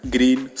Green